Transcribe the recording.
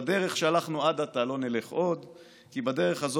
בדרך שהלכנו עד עתה לא נלך עוד,